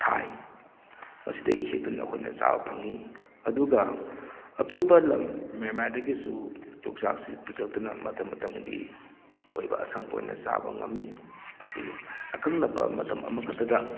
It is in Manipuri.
ꯊꯥꯏ ꯃꯁꯤꯗꯒꯤ ꯍꯦꯛꯇꯨꯅ ꯑꯩꯈꯣꯏꯅ ꯆꯥꯕ ꯐꯪꯉꯤ ꯑꯗꯨꯒ ꯑꯇꯣꯞꯄ ꯂꯝ ꯃꯦꯟꯃꯥꯔꯗꯒꯤꯁꯨ ꯌꯣꯡꯆꯥꯛꯁꯤ ꯄꯨꯁꯜꯂꯛꯇꯅ ꯃꯇꯝ ꯃꯇꯝꯒꯤ ꯑꯣꯏꯕ ꯑꯁꯪꯕ ꯑꯣꯏꯅ ꯆꯥꯕ ꯉꯝꯃꯤ ꯑꯁꯤ ꯑꯀꯛꯅꯕ ꯃꯇꯝ ꯑꯃ ꯈꯛꯇꯗ